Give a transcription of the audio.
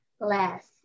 less